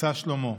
מבצע שלמה,